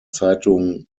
zeitung